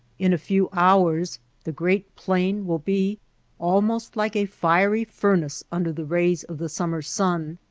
in a few hours the great plain will be almost like a fiery furnace under the rays of the summer sun,